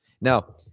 Now